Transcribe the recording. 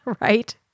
Right